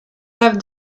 have